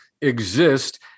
exist